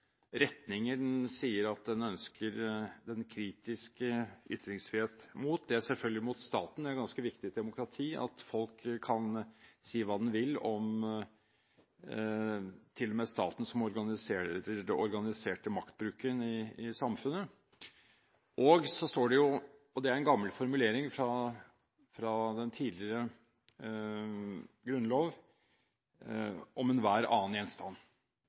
retninger. Den uttrykker at den ønsker den kritiske ytringsfrihet mot – det er selvfølgelig – staten. Det er ganske viktig i et demokrati at folk kan si hva de vil, til og med om staten, som organiserer maktbruken i samfunnet. Så står det – og det er en gammel formulering fra den tidligere grunnlov: om enhver annen gjenstand.